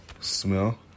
smell